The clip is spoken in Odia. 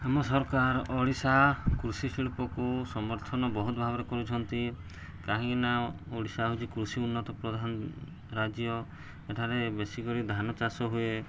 ଆମ ସରକାର ଓଡ଼ିଶା କୃଷି ଶିଳ୍ପକୁ ସମର୍ଥନ ବହୁତ ଭାବରେ କରୁଛନ୍ତି କାହିଁକିନା ଓଡ଼ିଶା ହେଉଛି କୃଷି ଉନ୍ନତ ପ୍ରଧାନ ରାଜ୍ୟ ଏଠାରେ ବେଶୀ କରି ଧାନ ଚାଷ ହୁଏ